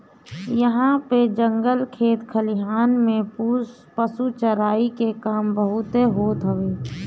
इहां पे जंगल खेत खलिहान में पशु चराई के काम खूब होत हवे